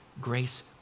Grace